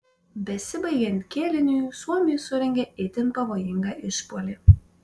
besibaigiant kėliniui suomiai surengė itin pavojingą išpuolį